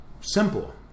simple